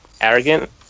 arrogant